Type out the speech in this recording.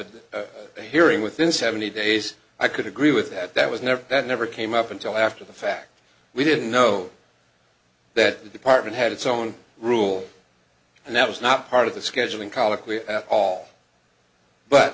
a hearing within seventy days i could agree with that that was never that never came up until after the fact we didn't know that the department had its own rule and that was not part of the scheduling colloquy at all but